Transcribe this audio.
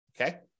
okay